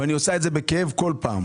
ואני עושה את זה בכאב כל פעם.